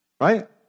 right